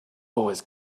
always